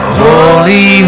holy